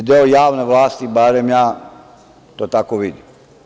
Sud je deo javne vlasti, barem ja to tako vidim.